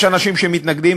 יש אנשים שמתנגדים,